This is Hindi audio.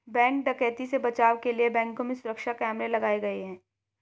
बैंक डकैती से बचाव के लिए बैंकों में सुरक्षा कैमरे लगाये गये